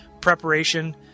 preparation